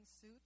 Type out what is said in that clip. suit